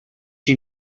you